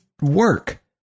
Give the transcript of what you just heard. work